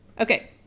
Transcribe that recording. okay